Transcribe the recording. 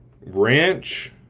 Ranch